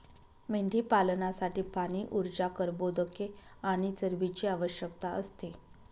मेंढीपालनासाठी पाणी, ऊर्जा, कर्बोदके आणि चरबीची आवश्यकता असते